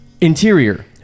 Interior